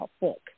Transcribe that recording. book